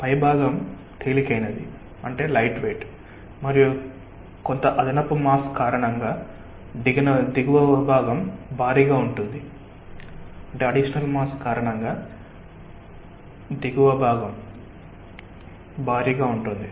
పైభాగం తేలికైనది మరియు కొంత అదనపు మాస్ కారణంగా దిగువ భాగం భారీగా ఉంటుంది